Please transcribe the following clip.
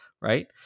Right